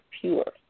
pure